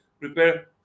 prepare